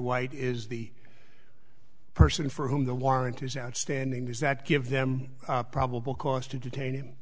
white is the person for whom the warrant is outstanding does that give them probable cause to detain him